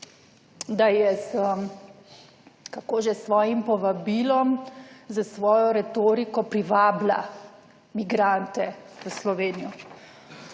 kako že, s svojim povabilom, s svojo retoriko privabila migrante v Slovenijo.